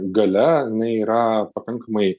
galia jinai yra pakankamai